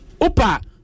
Opa